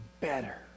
better